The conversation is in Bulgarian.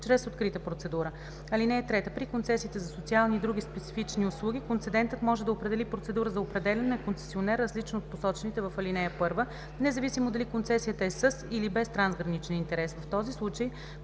чрез открита процедура. (3) При концесиите за социални и други специфични услуги концедентът може да определи процедура за определяне на концесионер, различна от посочените в ал. 1, независимо дали концесията е със, или е без трансграничен интерес. В този случай